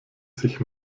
sich